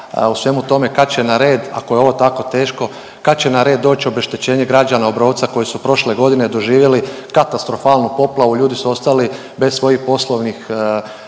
u svemu tome, kad će na red, ako je ovo tako teško, kad će na red doći obeštećenje građana Obrovca koji su prošle godine doživjeli katastrofalnu poplavu. Ljudi su ostali bez svojih poslovnih